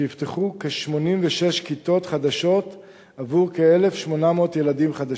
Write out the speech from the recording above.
שיפתחו כ-86 כיתות חדשות עבור כ-1,800 ילדים חדשים.